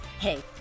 Hey